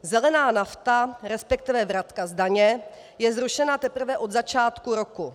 Zelená nafta, respektive vratka z daně, je zrušená teprve od začátku roku.